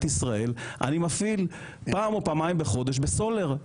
ישראל אני מפעיל פעם או פעמיים בחודש בסולר,